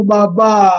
Baba